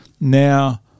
now